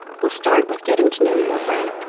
we'll start with getting to know your brain,